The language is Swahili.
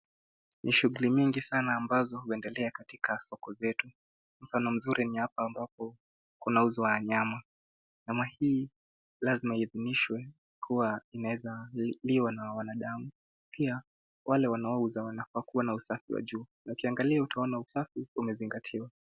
Ni shughuli nyingi sana ambazo huendelea katika soko zetu. Mfano mzuri na hapa ambapo kunauzwa nyama. Nyama hii lazima iidhinishwa kuwa inaeza liwa na wanadamu. Pia wale wanaouza wanafaa kuwa na usafi wa juu na ukiangalia utaona usafi umezingatiwa.